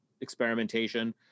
experimentation